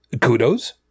kudos